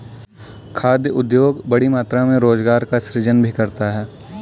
खाद्य उद्योग बड़ी मात्रा में रोजगार का सृजन भी करता है